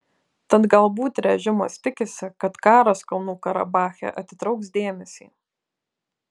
tad galbūt režimas tikisi kad karas kalnų karabache atitrauks dėmesį